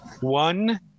One